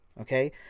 Okay